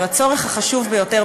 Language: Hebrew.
הצורך החשוב ביותר,